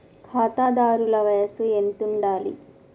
ఖాతాదారుల వయసు ఎంతుండాలి?